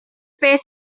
beth